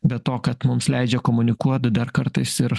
be to kad mums leidžia komunikuot dar kartais ir